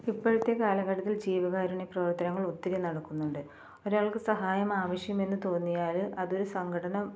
ഇപ്പോഴത്തെ കാലഘട്ടത്തിൽ ജീവകാരുണ്യ പ്രവർത്തനങ്ങൾ ഒത്തിരി നടക്കുന്നുണ്ട് ഒരാൾക്ക് സഹായം ആവശ്യമെന്ന് തോന്നിയാൽ അതൊരു സംഘടനം